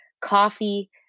coffee